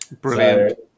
Brilliant